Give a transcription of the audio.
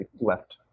left